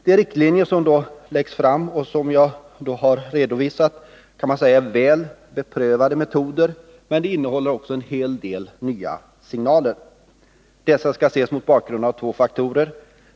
De riktlinjer som läggs fram och som jag har redovisat kan sägas innehålla väl beprövade metoder men också en hel del nya signaler. Dessa skall ses mot bakgrund av två faktorer.